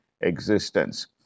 existence